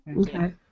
Okay